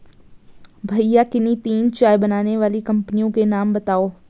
भैया किन्ही तीन चाय बनाने वाली कंपनियों के नाम बताओ?